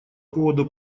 поводу